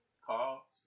call